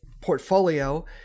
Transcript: portfolio